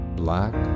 black